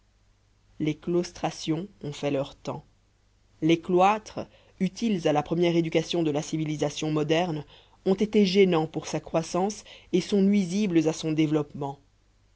les claustrations ont fait leur temps les cloîtres utiles à la première éducation de la civilisation moderne ont été gênants pour sa croissance et sont nuisibles à son développement